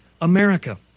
America